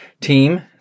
Team